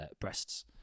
breasts